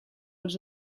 els